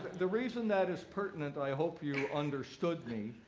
the reason that is pertinent, i hope you understood me,